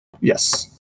Yes